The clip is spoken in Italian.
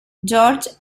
george